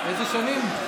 באילו שנים?